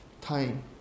time